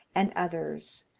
and others.